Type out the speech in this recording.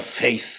faith